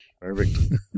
Perfect